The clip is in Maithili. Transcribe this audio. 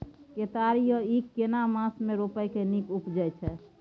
केतारी या ईख केना मास में रोपय से नीक उपजय छै?